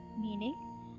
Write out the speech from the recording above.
meaning